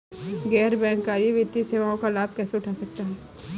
गैर बैंककारी वित्तीय सेवाओं का लाभ कैसे उठा सकता हूँ?